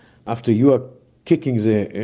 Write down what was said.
after you are kicking the,